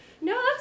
No